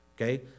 Okay